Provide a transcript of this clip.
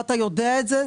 ואתה יודע את זה,